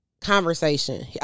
conversation